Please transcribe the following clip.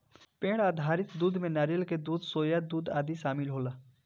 पेड़ आधारित दूध में नारियल के दूध, सोया दूध आदि शामिल होला